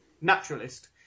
naturalist